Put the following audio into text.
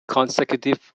consecutive